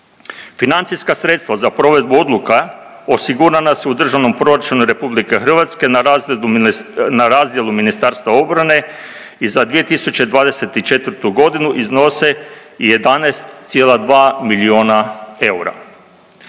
Financijska sredstva za provedbu odluka, osigurana su u državnom proračunu RH na razdjelu Ministarstva obrane i za 2024. godinu iznose 11,2 milijuna eura.